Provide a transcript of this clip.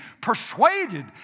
persuaded